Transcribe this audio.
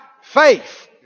faith